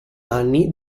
anni